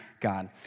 God